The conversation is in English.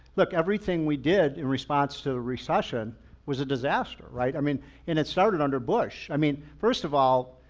look, everything we did in response to the recession was a disaster, right? i mean, and it started under bush. i mean, first of all,